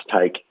take